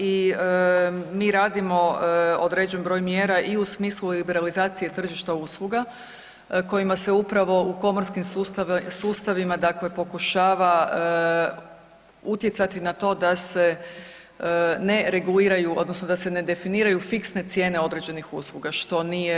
I mi radimo određen broj mjera i u smislu liberalizacije tržišta usluga kojima se upravo u komorskim sustavima pokušava utjecati na to da se ne reguliraju odnosno da se ne definiraju fiksne cijene određenih usluga što nije dopušteno.